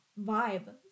vibe